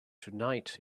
tonight